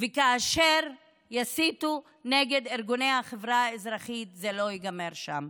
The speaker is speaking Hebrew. וכאשר יסיתו נגד ארגוני החברה האזרחית זה לא ייגמר שם,